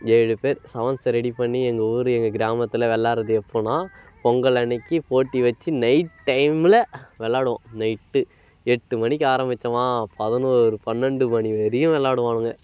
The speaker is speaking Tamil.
ஏழு பேர் செவன்ஸை ரெடி பண்ணி எங்கள் ஊர் எங்கள் கிராமத்தில் விளாட்றது எப்போதுனா பொங்கல் அன்னைக்கு போட்டி வெச்சு நைட் டைமில் விளாடுவோம் நைட்டு எட்டு மணிக்கு ஆரம்மிச்சோம்மா பதினோரு பன்னெண்டு மணி வரையும் விளாடுவானுங்க